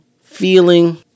feeling